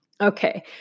Okay